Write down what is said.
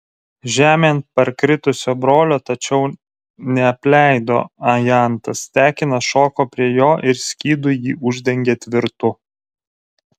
žemėn parkritusio brolio tačiau neapleido ajantas tekinas šoko prie jo ir skydu jį uždengė tvirtu